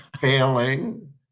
failing